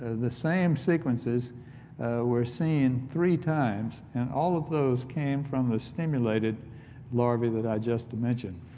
the same sequences were seen three times in all of those came from the stimulated larva that i just mentioned